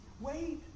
Wait